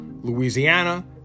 Louisiana